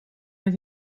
met